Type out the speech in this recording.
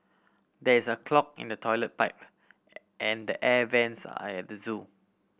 there is a clog in the toilet pipe and the air vents the zoo